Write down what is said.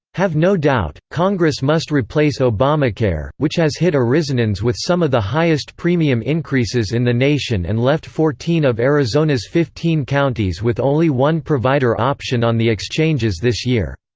have no doubt congress must replace obamacare, which has hit arizonans with some of the highest premium increases in the nation and left fourteen of arizona's fifteen counties with only one provider option on the exchanges this year.